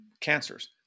cancers